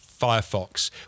Firefox